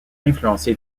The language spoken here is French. influencé